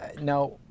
Now